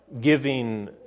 giving